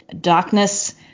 darkness